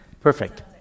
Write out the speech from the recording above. Perfect